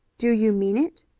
do you mean it?